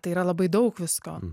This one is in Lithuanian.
tai yra labai daug visko